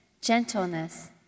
gentleness